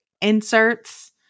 inserts